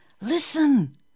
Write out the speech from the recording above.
Listen